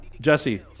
Jesse